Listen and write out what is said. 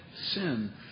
sin